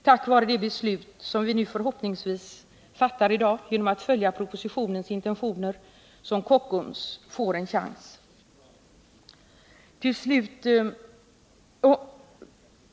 Tack vare det beslut som vi förhoppningsvis fattar i dag genom att följa propositionens linje får Kockums en chans.